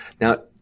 Now